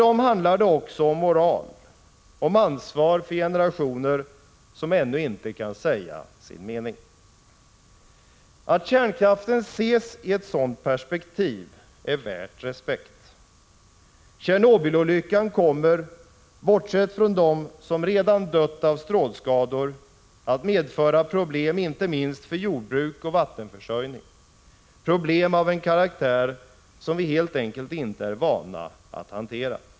Det handlar också om moral — ansvar för generationer som ännu inte kan säga sin mening. Att kärnkraften ses i ett sådant perspektiv är värt respekt. Tjernobylolyckan kommer — bortsett från dem som redan dött av strålskador — att medföra problem inte minst för jordbruk och vattenförsörjning, problem av en karaktär som vi helt enkelt inte är vana att hantera.